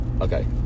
Okay